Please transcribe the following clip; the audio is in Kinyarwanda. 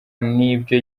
n’ibyo